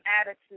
attitude